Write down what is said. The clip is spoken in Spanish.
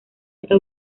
está